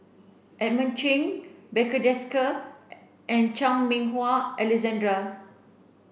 Edmund Chen Barry Desker and Chan Meng Wah Alexander